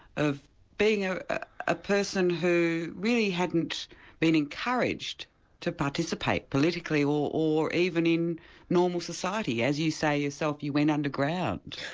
of being a ah person who really hadn't been encouraged to participate, politically or or even in normal society, as you say yourself, you went underground.